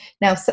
Now